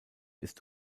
ist